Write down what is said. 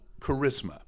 charisma